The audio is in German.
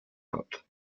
hat